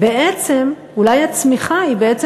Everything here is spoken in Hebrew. אז את אומרת לעצמך: אולי אם הצמיחה היא בעצם